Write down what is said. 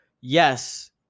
Yes